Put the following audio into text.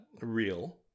real